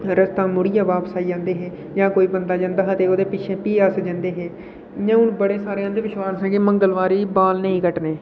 रस्ता मुड़ियै बापस आई जंदे हे ते जां कोई बंदा जंदा हा ते ओह्दे पिच्छें भी अस जंदे हे हू'न जेह्ड़े बड़े सारे अंधविश्वास जेह्के मंगलवारें बाल नेईं कटाने